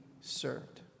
served